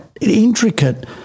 intricate